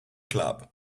club